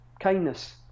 kindness